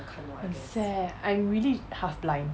很 sad I'm really half blind